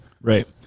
Right